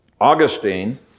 Augustine